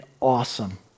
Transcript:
awesome